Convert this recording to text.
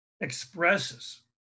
expresses